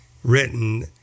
written